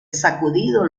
sacudido